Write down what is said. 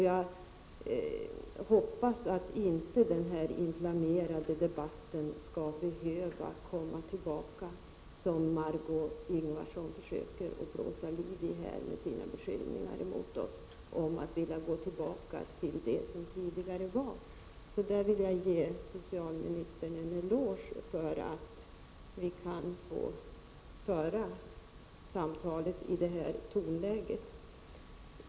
Jag hoppas inte att den inflammerade debatt skall behöva komma tillbaka som Margö Ingvardsson försöker blåsa liv i med sina beskyllningar mot oss för att vi skulle vilja gå tillbaka till tidigare regler. Jag vill alltså ge socialministern en eloge för att vi kan föra samtalet i detta tonläge.